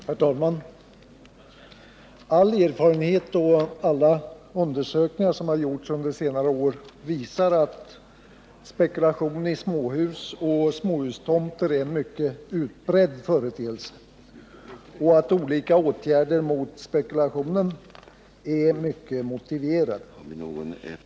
Herr talman! All erfarenhet och alla undersökningar som gjorts under senare år visar att spekulation i småhus och småhustomter är en mycket utbredd företeelse och att olika åtgärder mot spekulationen är mycket motiverade.